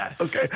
Okay